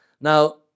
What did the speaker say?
Now